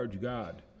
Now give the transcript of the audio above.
God